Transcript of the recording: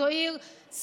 זו עיר סופר-סופר-ירוקה,